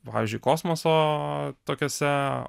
pavyzdžiui kosmoso tokiose